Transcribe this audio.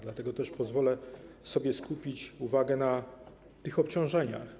Dlatego też pozwolę sobie skupić uwagę na tych obciążeniach.